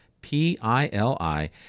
P-I-L-I